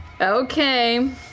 Okay